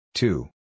Two